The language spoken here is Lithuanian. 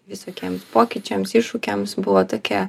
visokiems pokyčiams iššūkiams buvo tokia